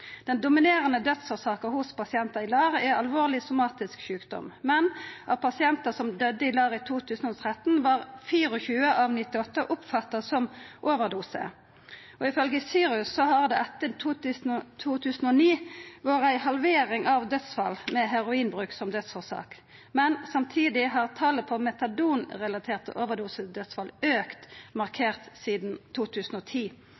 Den dominerande dødsårsaka hos pasientar i LAR er alvorleg somatisk sjukdom. Men av pasientar som døydde i LAR i 2013, var 24 av 98 av tilfella oppfatta som overdose. Ifølgje SIRUS har det etter 2009 vore ei halvering av talet på dødsfall med heroinbruk som dødsårsak. Men samtidig har talet på metadonrelaterte overdosedødsfall